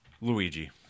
Luigi